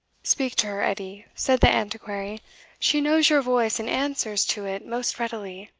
speak to her, edie, said the antiquary she knows your voice, and answers to it most readily.